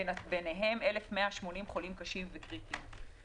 ביניהם 1,180 חולים קשים וקריטיים.